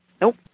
Nope